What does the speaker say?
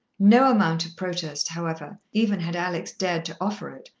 no amount of protest, however, even had alex dared to offer it,